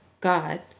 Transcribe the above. God